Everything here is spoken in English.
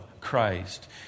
Christ